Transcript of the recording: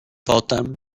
potem